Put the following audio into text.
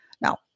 Now